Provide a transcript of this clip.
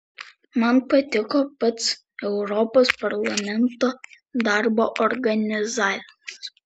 man patiko pats europos parlamento darbo organizavimas